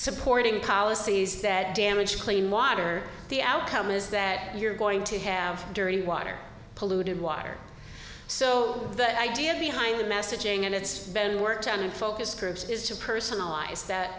supporting policies that damage clean water the outcome is that you're going to have dirty water polluted water so the idea behind the messaging and it's been worked on in focus groups is to personalize that